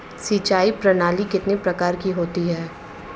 सिंचाई प्रणाली कितने प्रकार की होती है?